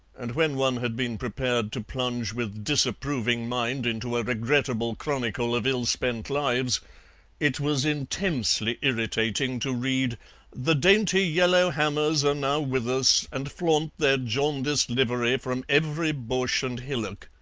and when one had been prepared to plunge with disapproving mind into a regrettable chronicle of ill-spent lives it was intensely irritating to read the dainty yellow-hammers are now with us and flaunt their jaundiced livery from every bush and hillock.